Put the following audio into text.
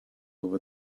over